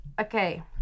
okay